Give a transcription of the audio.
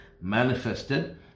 manifested